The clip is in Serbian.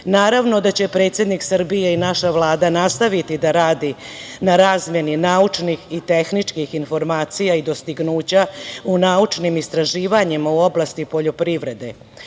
Amerike. Naravno da će predsednik Srbije i naša Vlada nastaviti da rade na razmeni naučnih i tehničkih informacija i dostignuća u naučnim istraživanjima u oblasti poljoprivrede,